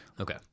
Okay